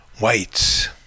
whites